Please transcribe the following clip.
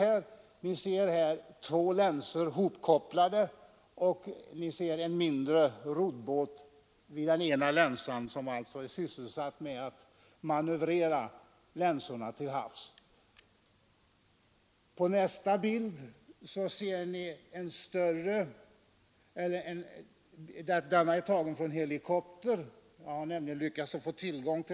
Två länsor är hopkopplade, och en liten roddbåt vid ena länsan är sysselsatt med att manövrera länsorna till havs. Nästa bild är tagen från en helikopter.